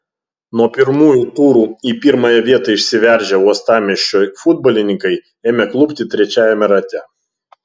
nuo pirmųjų turų į pirmąją vietą išsiveržę uostamiesčio futbolininkai ėmė klupti trečiajame rate